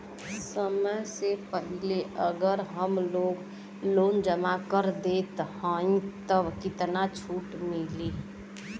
समय से पहिले अगर हम कुल लोन जमा कर देत हई तब कितना छूट मिली?